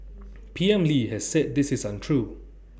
P M lee has said this is untrue